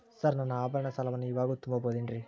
Sir ನನ್ನ ಆಭರಣ ಸಾಲವನ್ನು ಇವಾಗು ತುಂಬ ಬಹುದೇನ್ರಿ?